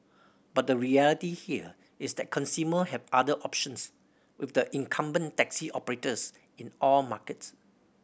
but the reality here is that consumer have other options with the incumbent taxi operators in all markets